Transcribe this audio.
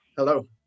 Hello